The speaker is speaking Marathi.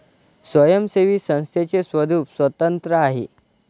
स्वयंसेवी संस्थेचे स्वरूप स्वतंत्र आहे